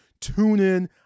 TuneIn